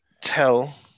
tell